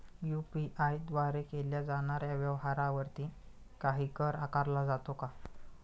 UPI द्वारे केल्या जाणाऱ्या व्यवहारावरती काही कर आकारला जातो का?